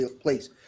place